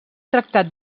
tractat